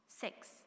Six